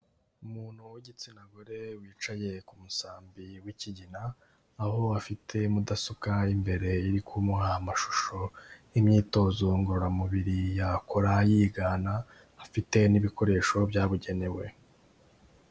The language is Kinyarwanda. Umuntu w'igitsina gore wicaye ku musambi w'ikigina, aho afite mudasobwa imbere iri kumuha amashusho y'imyitozo ngororamubiri yakora yigana, afite n'ibikoresho byabugenewe.